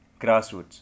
grassroots